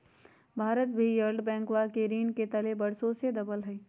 भारत भी वर्ल्ड बैंकवा के ऋण के तले वर्षों से दबल हई